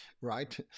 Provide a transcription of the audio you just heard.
right